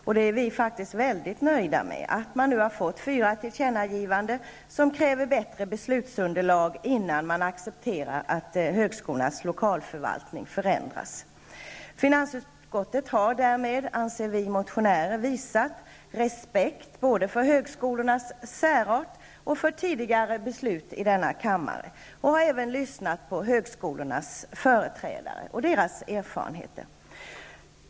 Vi är faktiskt mycket nöjda med att det blivit fyra tillkännagivanden där det krävs bättre beslutsunderlag innan man är beredd att acceptera att högskolornas lokalförvaltning förändras. Finansutskottet har därmed, anser vi motionärer, visat respekt både för högskolornas särart och för tidigare beslut i denna kammare samt även lyssnat på högskolornas företrädare och beaktat deras erfarenheter.